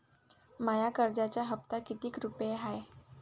माया कर्जाचा हप्ता कितीक रुपये हाय?